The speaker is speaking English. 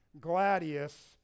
gladius